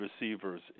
receivers